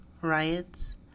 riots